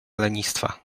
lenistwa